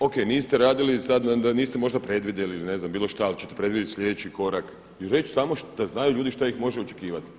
O.k. niste radili sad, niste možda predvidjeli ili ne znam bilo šta ali ćete predvidjeti sljedeći korak i reći samo da znaju ljudi što ih može očekivati.